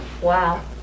Wow